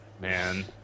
Man